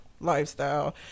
lifestyle